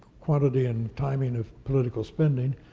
quantity and timing of political spending,